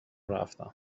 رفتم